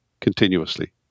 continuously